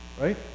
Right